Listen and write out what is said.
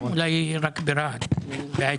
אולי רק ברהט בעצם.